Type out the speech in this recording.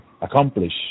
accomplish